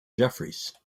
jeffries